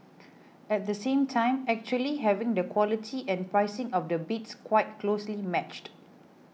at the same time actually having the quality and pricing of the bids quite closely matched